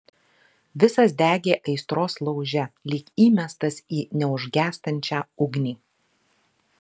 visas degė aistros lauže lyg įmestas į neužgęstančią ugnį